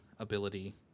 Ability